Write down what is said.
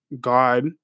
God